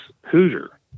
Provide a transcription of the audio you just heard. Hoosier